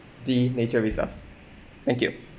the nature reserve thank you